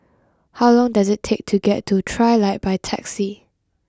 how long does it take to get to Trilight by taxi